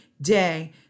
day